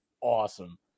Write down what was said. awesome